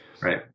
Right